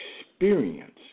experience